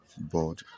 board